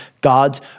God's